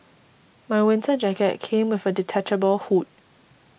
my winter jacket came with a detachable hood